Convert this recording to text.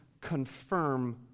confirm